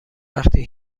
وقتی